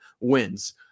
wins